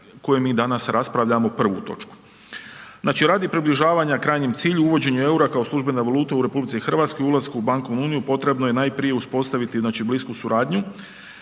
koju mi danas raspravljamo prvu točku. Znači, radi približavanja krajnjem cilju, uvođenju EUR-a kao službene valute u RH i ulasku u bankovnu uniju potrebno je najprije uspostaviti znači blisku suradnju.